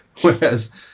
Whereas